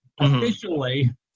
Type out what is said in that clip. Officially